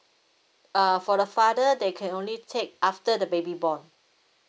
uh for the father they can only take after the baby born